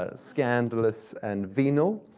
ah scandalous, and venal.